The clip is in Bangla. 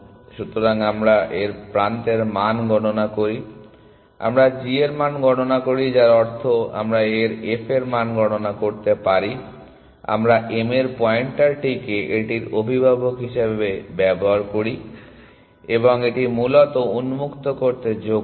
সুতরাং আমরা এর প্রান্তের মান গণনা করি আমরা এর g মান গণনা করি যার অর্থ আমরা এর f এর মান গণনা করতে পারি আমরা m এর পয়েন্টারটিকে এটির অভিভাবক হিসাবে চিহ্নিত করি এবং এটি মূলত উন্মুক্ত করতে যোগ করি